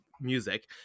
music